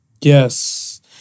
Yes